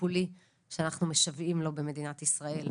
טיפולי שאנחנו משוועים לו במדינת ישראל.